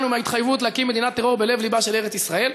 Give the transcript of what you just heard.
ומההתחייבות להקים מדינת טרור בלב-לבה של ארץ-ישראל.